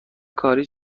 کاری